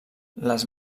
les